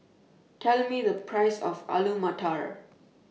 Tell Me The Price of Alu Matar